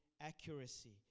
accuracy